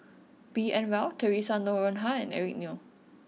B N Rao Theresa Noronha and Eric Neo